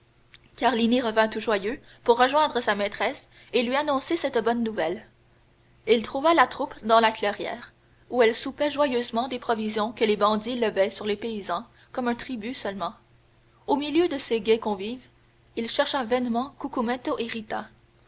frosinone carlini revint tout joyeux pour rejoindre sa maîtresse et lui annoncer cette bonne nouvelle il trouva la troupe dans la clairière où elle soupait joyeusement des provisions que les bandits levaient sur les paysans comme un tribut seulement au milieu de ces gais convives il chercha vainement cucumetto et